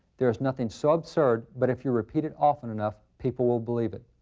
there is nothing so absurd, but if you repeat it often enough, people will believe it.